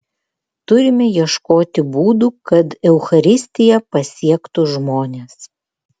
turime ieškoti būdų kad eucharistija pasiektų žmones